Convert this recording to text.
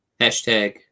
hashtag